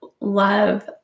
love